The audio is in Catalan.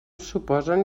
suposen